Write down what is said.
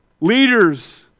Leaders